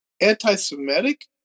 Anti-Semitic